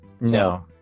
No